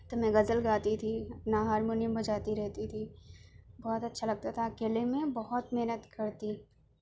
تو میں غزل گاتی تھی اپنا ہارمیونیم بجاتی رہتی تھی بہت اچھا لگتا تھا اکیلے میں بہت محنت کرتی